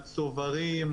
הצוברים,